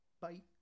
bye